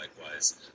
likewise